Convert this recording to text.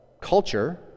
culture